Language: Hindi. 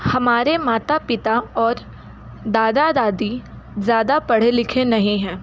हमारे माता पिता और दादा दादी ज़्यादा पढ़े लिखे नहीं हैं